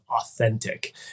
authentic